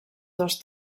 dos